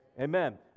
Amen